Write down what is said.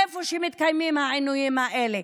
איפה שמתקיימים העינויים האלה,